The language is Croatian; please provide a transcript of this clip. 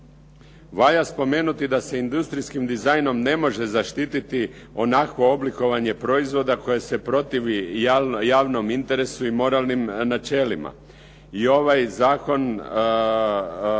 Valja spomenuti da se industrijskim dizajnom ne može zaštiti onako oblikovanje proizvoda koja se protivi javnom interesu i moralnim načelima. I ovaj zakon